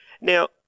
Now